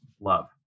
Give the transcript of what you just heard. love